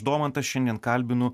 domantą šiandien kalbinu